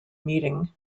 meetings